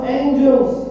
angels